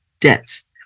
debts